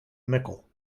mickle